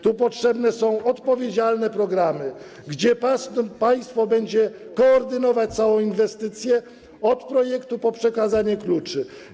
Tu potrzebne są odpowiedzialne programy, gdzie państwo będzie koordynować całą inwestycję: od projektu do przekazania kluczy.